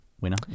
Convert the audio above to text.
Winner